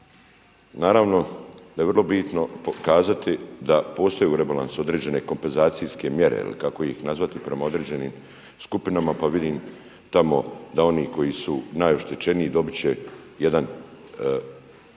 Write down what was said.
Naravno da je vrlo bitno pokazati da postoje u rebalansu određene kompenzacijske mjere ili kako ih nazvati prema određenim skupinama pa vidim tamo da oni koji su najoštećeniji dobit će jedan